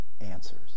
answers